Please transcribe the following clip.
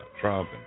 Trump